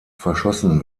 verschossen